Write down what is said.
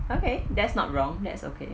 okay that's not wrong that's okay